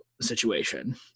situation